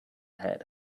hat